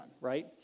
right